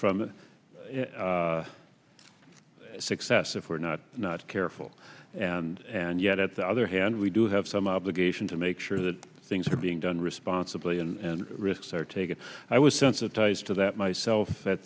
from success if we're not not careful and yet at the other hand we do have some obligation to make sure that things are being done responsibly and risks are taken i was sensitized to that myself